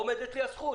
עומדת לי הזכות.